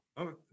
Okay